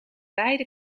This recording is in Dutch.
beide